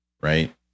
right